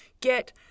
get